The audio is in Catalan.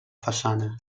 façana